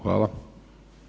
Hvala.